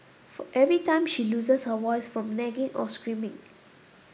for every time she loses her voice from nagging or screaming